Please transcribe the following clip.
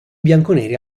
bianconeri